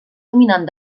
dominant